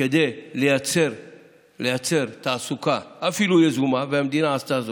כדי לייצר תעסוקה, אפילו יזומה, והמדינה עשתה זאת.